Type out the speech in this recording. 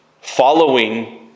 following